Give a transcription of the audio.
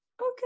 okay